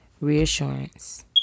reassurance